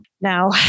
Now